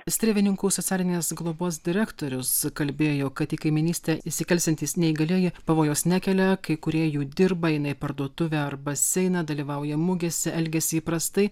strėvininkų socialinės globos direktorius kalbėjo kad į kaimynystę įsikelsiantys neįgalieji pavojaus nekelia kai kurie jų dirba eina į parduotuvę ar baseiną dalyvauja mugėse elgiasi įprastai